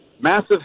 Massive